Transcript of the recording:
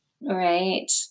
Right